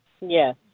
Yes